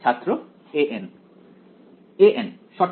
ছাত্র an an সঠিক